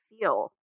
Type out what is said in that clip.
feel